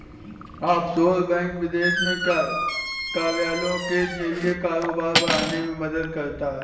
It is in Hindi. ऑफशोर बैंक विदेश में कार्यालयों के जरिए कारोबार बढ़ाने में मदद करता है